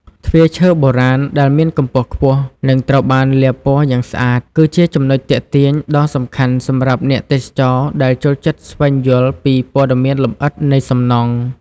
ទ្វារឈើបុរាណដែលមានកម្ពស់ខ្ពស់ និងត្រូវបានលាបពណ៌យ៉ាងស្អាត គឺជាចំណុចទាក់ទាញដ៏សំខាន់សម្រាប់អ្នកទេសចរដែលចូលចិត្តស្វែងយល់ពីព័ត៌មានលម្អិតនៃសំណង់។